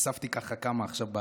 אספתי כמה עכשיו.